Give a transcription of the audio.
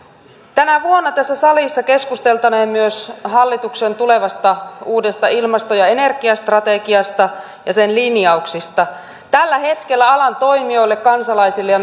tänä vuonna tässä salissa keskusteltaneen myös hallituksen tulevasta uudesta ilmasto ja energiastrategiasta ja sen linjauksista tällä hetkellä alan toimijoille kansalaisille ja